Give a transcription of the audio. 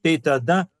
tai tada